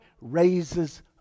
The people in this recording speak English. raises